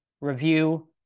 review